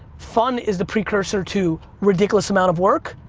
fun is the precursor to ridiculous amount of work